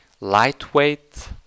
lightweight